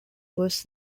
was